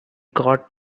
got